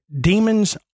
demons